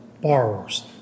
borrowers